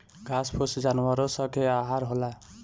घास फूस जानवरो स के आहार होला